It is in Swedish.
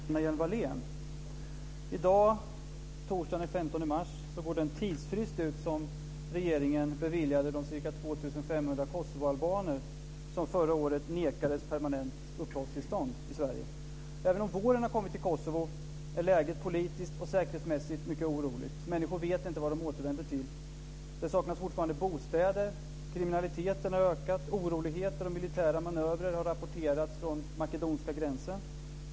Fru talman! Jag har en fråga till Lena Hjelm I dag, torsdagen den 15 mars, går den tidsfrist ut som regeringen beviljade de ca 2 500 kosovoalbaner som förra året nekades permanent uppehållstillstånd i Även om våren har kommit till Kosovo är läget politiskt och säkerhetsmässigt mycket oroligt. Människor vet inte vad de återvänder till. Det saknas fortfarande bostäder. Kriminaliteten har ökat. Oroligheter och militära manövrer har rapporterats från den makedonska gränsen.